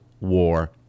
War